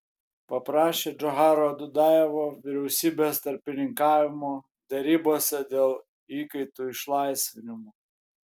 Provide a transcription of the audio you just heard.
paprašė džocharo dudajevo vyriausybės tarpininkavimo derybose dėl įkaitų išlaisvinimo